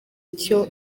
icyo